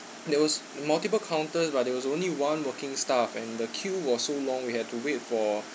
there was multiple counters but there was only one working staff and the queue was so long we had to wait for